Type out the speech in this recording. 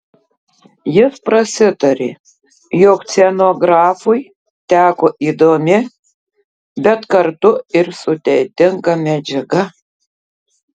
jis prasitarė jog scenografui teko įdomi bet kartu ir sudėtinga medžiaga